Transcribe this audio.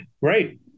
right